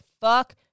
fuck